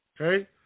Okay